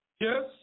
Yes